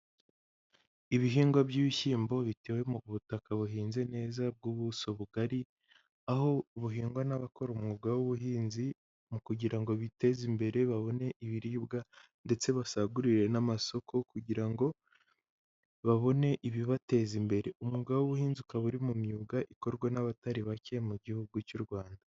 Ibihingwa by'ibishyimbo bitewe mu butaka buhinze neza bw'ubuso bugari, aho buhingwa n'abakora umwuga w'ubuhinzi mu kugira ngo biteze imbere babone ibiribwa, ndetse basagurire n'amasoko kugira ngo babone ibibateza imbere, umwuga w'ubuhinzi ukaba uri mu myuga ikorwa n'abatari bake mu gihugu cy'u Rwanda.